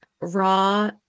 raw